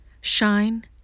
Shine